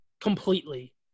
completely